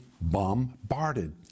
bombarded